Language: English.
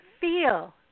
feel